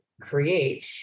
create